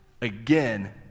again